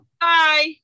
Bye